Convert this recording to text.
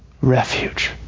refuge